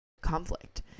conflict